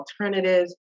alternatives